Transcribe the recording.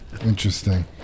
Interesting